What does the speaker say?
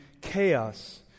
chaos